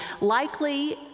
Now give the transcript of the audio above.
likely